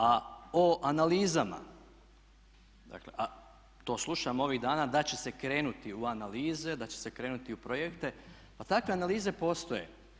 A o analizama, a to slušamo ovih dana da će se krenuti u analize, da će se krenuti u projekte pa takve analize postoje.